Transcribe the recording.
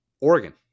Oregon